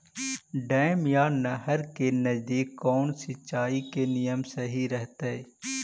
Dam या नहर के नजदीक कौन सिंचाई के नियम सही रहतैय?